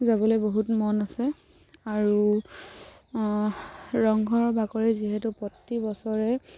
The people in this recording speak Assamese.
যাবলৈ বহুত মন আছে আৰু ৰংঘৰৰ বাকৰিত যিহেতু প্ৰতি বছৰেই